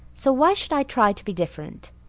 so why should i try to be different?